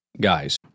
guys